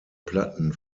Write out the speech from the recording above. platten